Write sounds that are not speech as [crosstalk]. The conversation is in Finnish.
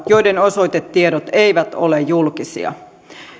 [unintelligible] joiden osoitetiedot eivät ole julkisia